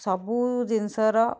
ସବୁ ଜିନିଷର